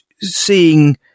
seeing